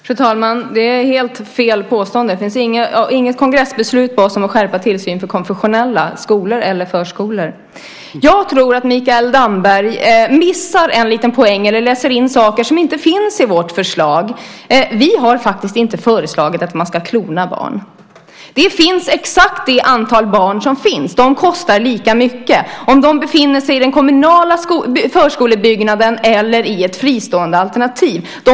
Fru talman! Det är ett helt felaktigt påstående. Det finns inget kongressbeslut om att skärpa tillsynen över konfessionella skolor eller förskolor. Jag tror att Mikael Damberg missar en liten poäng eller läser in saker som inte finns i vårt förslag. Vi har faktiskt inte föreslagit att man ska klona barn. Det finns exakt det antal barn som finns. De kostar lika mycket antingen de befinner sig i den kommunala förskolebyggnaden eller i ett fristående alternativ.